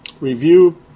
review